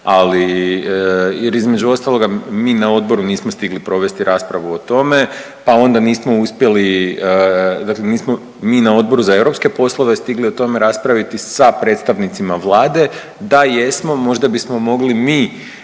je između ostaloga mi na odboru nismo stigli provesti raspravu o tome, pa onda nismo uspjeli, dakle nismo mi na Odboru za europske poslove stigli o tom raspraviti sa predstavnicima Vlade. Da jesmo možda bismo mogli mi